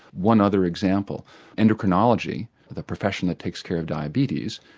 one other example endocrinology, the profession that takes care of diabetes,